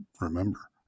remember